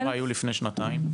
כמה היו לפני שנתיים?